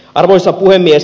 arvoisa puhemies